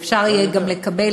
ואפשר יהיה גם לקבל,